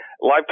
live